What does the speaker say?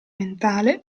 mentale